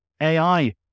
AI